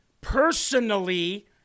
personally